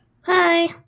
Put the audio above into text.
hi